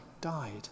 died